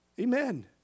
Amen